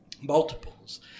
multiples